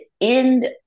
end